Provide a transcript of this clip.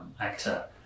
actor